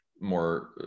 more